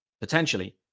potentially